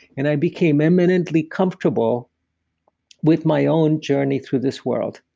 and i became eminently comfortable with my own journey through this world.